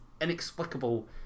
inexplicable